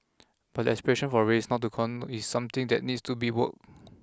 but the aspiration for race not to count is something that needs to be work